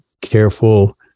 careful